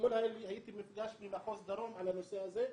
אתמול הייתי במפגש עם מחוז דרום על הנושא הזה.